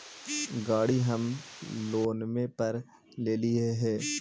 गाड़ी हम लोनवे पर लेलिऐ हे?